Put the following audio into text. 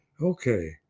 okay